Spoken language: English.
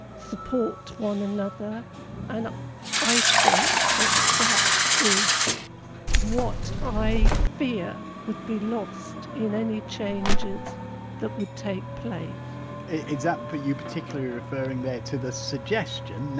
support one another and i think that that is what i fear would be lost in any changes that would take place is that are but you particularly referring there to the suggestion,